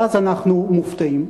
ואז אנחנו מופתעים.